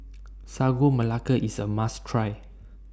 Sagu Melaka IS A must Try